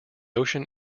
ocean